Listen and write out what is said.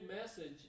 message